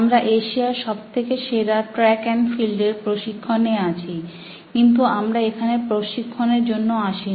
আমরা এশিয়ার সবথেকে সেরা ট্র্যাক এন্ড ফিল্ডের প্রশিক্ষণ এ আছি কিন্তু আমরা এখানে প্রশিক্ষণ এর জন্য আসিনি